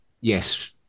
Yes